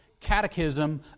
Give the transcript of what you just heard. Catechism